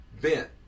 bent